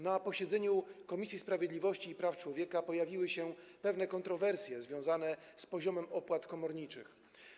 Na posiedzeniu Komisji Sprawiedliwości i Praw Człowieka pojawiły się pewne kontrowersje związane z poziomem opłat komorniczych.